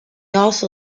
also